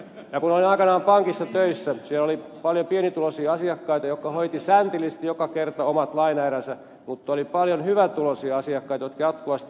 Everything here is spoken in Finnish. kun olin aikanaan pankissa töissä niin siellä oli paljon pienituloisia asiakkaita jotka hoitivat säntillisesti joka kerta omat lainaeränsä mutta oli paljon hyvätuloisia asiakkaita jotka jatkuvasti